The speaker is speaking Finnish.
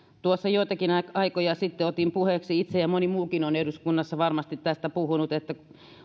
tuossa joitakin aikoja sitten otin puheeksi itse ja moni muukin on eduskunnassa varmasti tästä puhunut että